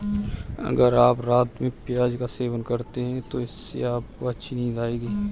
अगर आप रात में प्याज का सेवन करते हैं तो इससे आपको अच्छी नींद आएगी